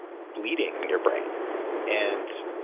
bleeding in your brain and